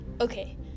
Okay